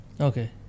okay